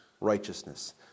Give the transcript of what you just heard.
righteousness